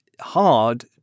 hard